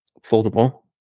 foldable